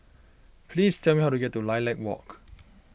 please tell me how to get to Lilac Walk